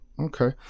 Okay